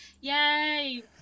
yay